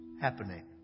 happening